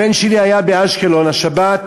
הבן שלי היה באשקלון השבת,